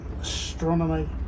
astronomy